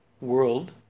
world